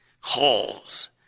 calls